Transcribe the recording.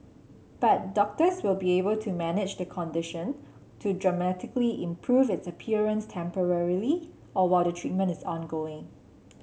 but doctors will be able to manage the condition to dramatically improve its appearance temporarily or while the treatment is ongoing